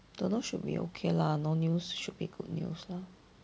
don't know should be okay lah no news should be good news lah